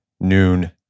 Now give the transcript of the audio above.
noon